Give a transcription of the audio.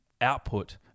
output